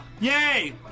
yay